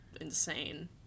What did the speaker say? insane